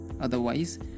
otherwise